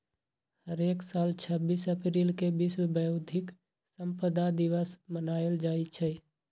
हरेक साल छब्बीस अप्रिल के विश्व बौधिक संपदा दिवस मनाएल जाई छई